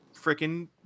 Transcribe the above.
freaking